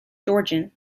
georgian